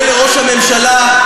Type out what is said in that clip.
וכשעיתונאי מסוים קורא לראש הממשלה,